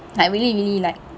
like really really like